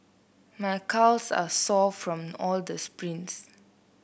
my calves are sore from all the sprints